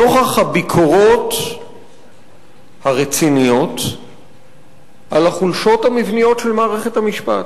נוכח הביקורות הרציניות על החולשות המבניות של מערכת המשפט: